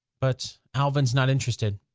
but alvin's not interested.